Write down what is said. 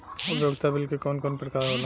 उपयोगिता बिल के कवन कवन प्रकार होला?